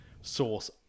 source